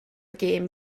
gêm